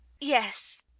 Yes